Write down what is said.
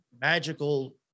magical